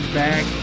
back